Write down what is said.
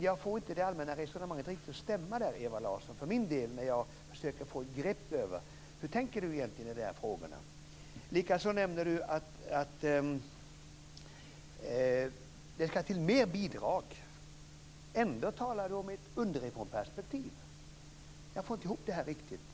Jag får inte riktigt det allmänna resonemanget att stämma när jag försöker få ett grepp över hur Ewa Larsson egentligen tänker i de här frågorna. Likaså nämnde Ewa Larsson att det ska till mer bidrag. Ändå talar hon om ett underifrånperspektiv. Jag får inte ihop det här riktigt.